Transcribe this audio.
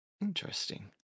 Interesting